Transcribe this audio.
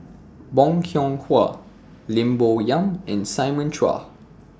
Bong Hiong Hwa Lim Bo Yam and Simon Chua